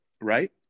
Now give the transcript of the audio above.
right